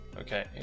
Okay